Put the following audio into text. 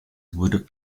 wurde